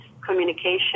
communication